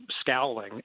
scowling